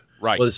Right